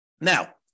Now